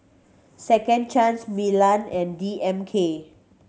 Second Chance Milan and D M K